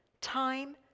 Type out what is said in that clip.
time